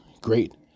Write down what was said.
great